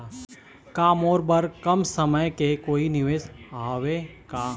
का मोर बर कम समय के कोई निवेश हावे का?